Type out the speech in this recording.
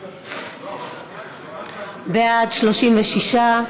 בעד, 36,